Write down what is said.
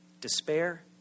Despair